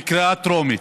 בקריאה טרומית.